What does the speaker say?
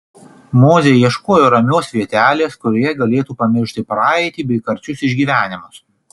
mozė ieškojo ramios vietelės kurioje galėtų pamiršti praeitį bei karčius išgyvenimus